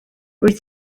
rwyt